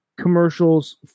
commercials